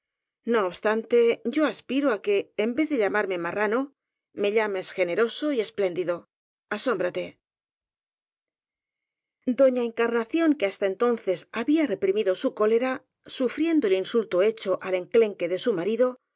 no obstante yo aspiro á que en vez de llamarme ma rrano me llames generoso y espléndido asóm brate doña encarnación que hasta entonces había re primido su cólera sufriendo el insulto hecho al enclenque de su marido